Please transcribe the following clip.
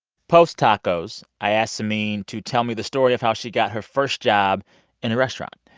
post tacos, i asked samin to tell me the story of how she got her first job in a restaurant.